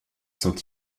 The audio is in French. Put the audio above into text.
sont